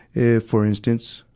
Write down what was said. if, for instance,